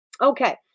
Okay